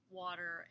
water